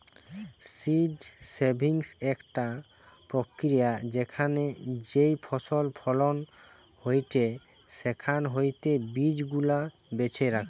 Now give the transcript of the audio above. seed saving একটা প্রক্রিয়া যেখানে যেই ফসল ফলন হয়েটে সেখান হইতে বীজ গুলা বেছে রাখা